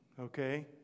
okay